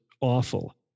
awful